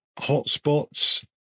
hotspots